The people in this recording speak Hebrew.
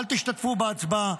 אל תשתתפו בהצבעה.